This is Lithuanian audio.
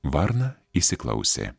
varna įsiklausė